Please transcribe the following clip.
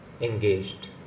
engaged